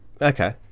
Okay